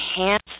enhance